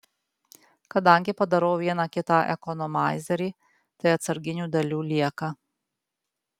kadangi padarau vieną kitą ekonomaizerį tai atsarginių dalių lieka